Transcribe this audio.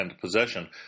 possession